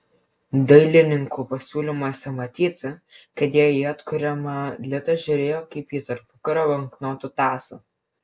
dailininkų pasiūlymuose matyti kad jie į atkuriamą litą žiūrėjo kaip į tarpukario banknotų tąsą